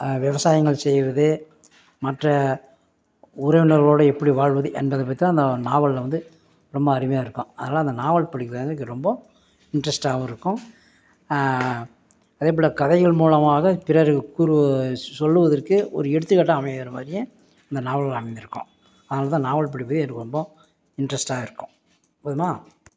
விவசாயங்கள் செய்வது மற்ற உறவினர்களோடய எப்படி வாழ்வது என்பதை பற்றி தான் அந்த நாவலில் வந்து ரொம்ப அருமையாக இருக்கும் அதனால அந்த நாவல் படிக்கின்றது எனக்கு ரொம்ப இன்ட்ரெஸ்ட்டாகவும் இருக்கும் அதே போல் கதைகள் மூலமாக பிறர் கூறு சொல்லுவதற்கு ஒரு எடுத்துக்காட்டாக அமைகிற மாதிரியே இந்த நாவல்கள் அமைந்திருக்கும் அதனால் தான் நாவல் படிப்பது எனக்கு ரொம்ப இன்ட்ரெஸ்ட்டாக இருக்கும் போதுமா